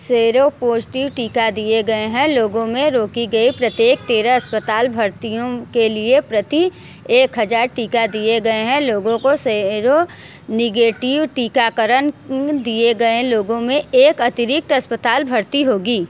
seropositive टीका दिए गए हैं लोगों में रोकी गए प्रत्येक तेरह अस्पताल भर्तियों के लिए प्रति एक हज़ार टीका दिए गए हैं लोगों को सेरो निगेटिव टीकाकरण दिए गए लोगों में एक अतिरिक्त अस्पताल भर्ती होगी